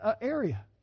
area